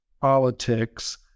politics